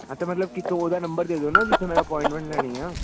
ਹਾਂ ਤਾਂ ਮਤਲਬ ਕਿਸੇ ਹੋਰ ਦਾ ਨੰਬਰ ਦੇ ਦਓ ਨਾ ਜਿੱਥੇ ਮੈਂ ਅਪੋਆਇੰਟਮੈਂਟ ਲੈਣੀ ਆ